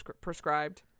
prescribed